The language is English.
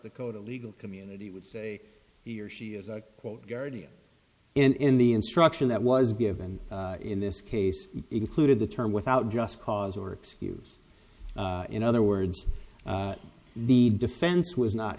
dakota legal community would say he or she is a quote guardian in the instruction that was given in this case it included the term without just cause or excuse in other words need defense was not